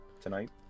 tonight